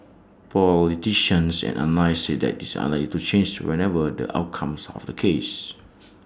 politicians and analysts say that is unlikely to change whatever the outcomes of the case